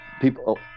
people